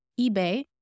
eBay